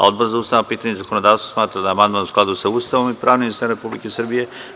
Odbor za ustavna pitanja i zakonodavstvo smatra da je amandman u skladu sa Ustavom i pravnim sistemom Republike Srbije.